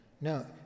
No